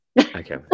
Okay